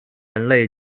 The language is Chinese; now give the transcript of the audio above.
人类